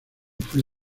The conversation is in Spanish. fuí